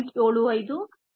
75v 0